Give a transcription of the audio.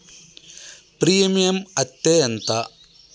Premium అత్తే ఎంత?